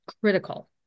critical